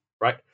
right